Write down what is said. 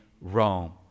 Rome